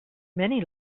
many